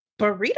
burrito